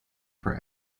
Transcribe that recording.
for